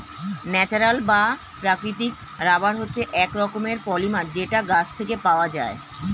natural বা প্রাকৃতিক rubber হচ্ছে এক রকমের পলিমার যেটা গাছ থেকে পাওয়া যায়